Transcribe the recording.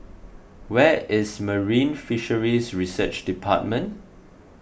where is Marine Fisheries Research Department